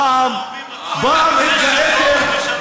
פעם התגאיתם,